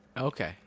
Okay